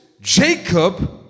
Jacob